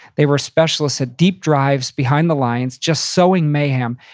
they were specialists at deep drives behind the lines, just sowing mayhem,